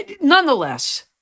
Nonetheless